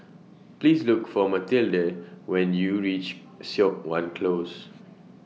Please Look For Mathilde when YOU REACH Siok Wan Close